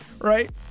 right